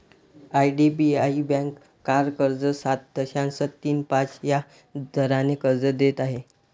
IDBI bank car कर्ज सात दशांश तीन पाच या दराने कर्ज देत आहे